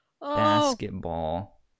Basketball